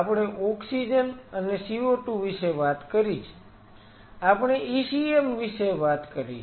આપણે ઓક્સિજન અને CO2 વિશે વાત કરી છે આપણે ECM વિશે વાત કરી છે